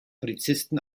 polizisten